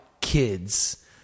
kids